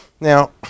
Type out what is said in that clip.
Now